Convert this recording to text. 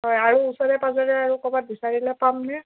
হয় আৰু ওচৰে পাজৰে আৰু কৰ'বাত বিচাৰিলে পামনে